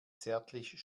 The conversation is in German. zärtlich